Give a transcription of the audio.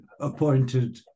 appointed